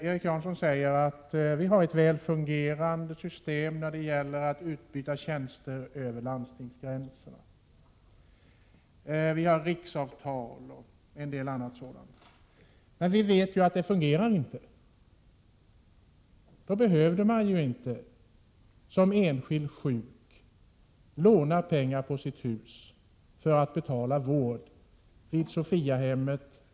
Erik Janson påstår att vi har ett väl fungerande system med utbyte av tjänster över landstingsgränser, genom att vi har riksavtal och liknande. Vi vet ju att systemet inte fungerar. För i så fall skulle man inte som enskild sjuk behöva belåna sitt hus för att kunna betala ersättning för vård vid Sophiahemmet.